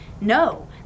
No